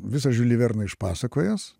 visą žiulį verną išpasakojęs